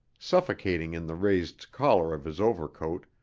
suffocating in the raised collar of his overcoat,